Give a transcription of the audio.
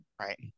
Right